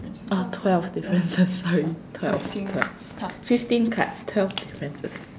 oh twelve differences sorry twelve twelve fifteen cards twelve differences